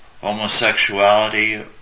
homosexuality